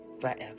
forever